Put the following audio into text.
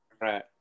Right